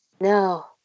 No